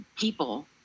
people